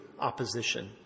opposition